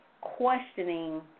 questioning